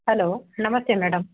hello ನಮಸ್ತೆ madam